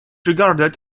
regarded